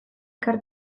ekar